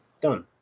Done